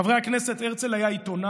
חברי הכנסת, הרצל היה עיתונאי,